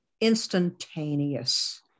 instantaneous